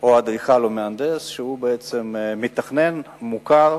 או אדריכל או מהנדס שהוא בעצם מתכנן מוכר,